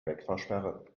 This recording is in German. wegfahrsperre